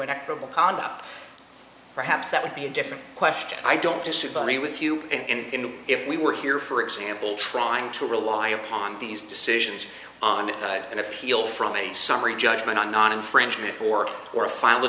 acceptable conduct perhaps that would be a different question i don't disagree with you and if we were here for example trying to rely upon these decisions on an appeal from a summary judgment on an infringement board or a final